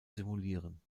simulieren